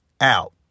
out